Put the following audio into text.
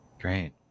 Great